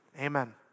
Amen